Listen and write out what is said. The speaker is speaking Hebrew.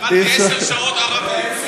למדתי עשר שעות ערבית.